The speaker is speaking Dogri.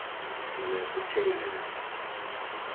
मतलब पिच्छें गै न एह्दे